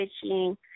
fishing